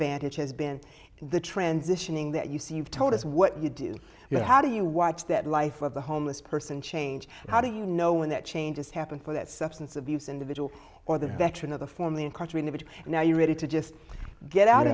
vantage has been the transitioning that you see you've told us what you do you know how do you watch that life of the homeless person change how do you know when that changes happened for that substance abuse individual or the veteran of the formerly incarcerated and now you're ready to just get out